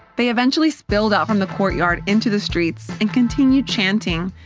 they eventually spilled out from the courtyard into the streets and continued chanting,